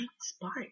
spark